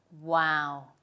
Wow